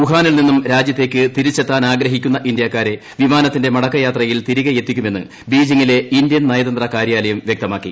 വുഹാനിൽ നിന്നും രാജ്യത്തേക്ക് തിരിച്ചെത്താനാഗ്രഹിക്കുന്നു് ഇന്ത്യക്കാരെ വിമാനത്തിന്റെ മടക്കയാത്രയിൽ തിരികെയെത്തിക്കുമെന്ന് ബീജിങ്ങിലെ ഇന്ത്യൻ നയതന്ത്ര കാര്യാലയം വൃക്ത്മിടുക്കി